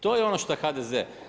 To je ono što je HDZ.